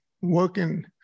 working